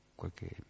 qualche